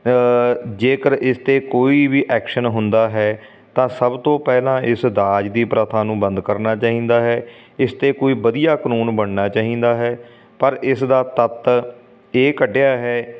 ਜੇਕਰ ਇਸ 'ਤੇ ਕੋਈ ਵੀ ਐਕਸ਼ਨ ਹੁੰਦਾ ਹੈ ਤਾਂ ਸਭ ਤੋਂ ਪਹਿਲਾਂ ਇਸ ਦਾਜ ਦੀ ਪ੍ਰਥਾ ਨੂੰ ਬੰਦ ਕਰਨਾ ਚਾਹੀਦਾ ਹੈ ਇਸ 'ਤੇ ਕੋਈ ਵਧੀਆ ਕਾਨੂੰਨ ਬਣਨਾ ਚਾਹੀਦਾ ਹੈ ਪਰ ਇਸ ਦਾ ਤੱਤ ਇਹ ਕੱਢਿਆ ਹੈ